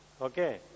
Okay